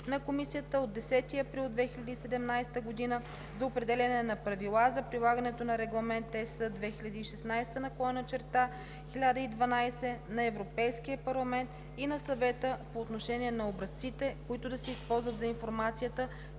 на Комисията от 10 април 2017 г. за определяне на правила за прилагането на Регламент (ЕС) 2016/1012 на Европейския парламент и на Съвета по отношение на образците, които да се използват за информацията,